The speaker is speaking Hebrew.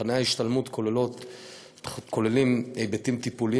תוכני ההשתלמות כוללים היבטים טיפוליים,